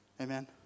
Amen